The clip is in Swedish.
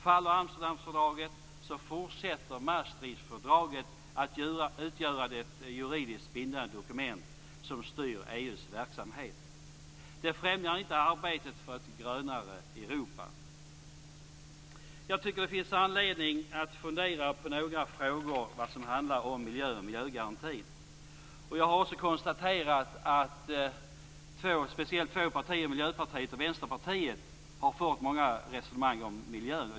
Faller Amsterdamfördraget så fortsätter Maastrichtfördraget att utgöra det juridiskt bindande dokument som styr EU:s verksamhet. Det främjar inte arbetet för ett grönare Europa. Jag tycker att det finns anledning att fundera på några frågor som handlar om miljön och miljögarantin. Jag har också konstaterat att speciellt två partier, Miljöpartiet och Vänsterpartiet, har fört många resonemang om miljön.